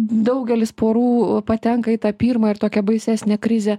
daugelis porų patenka į tą pirmą ir tokią baisesnę krizę